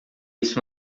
isso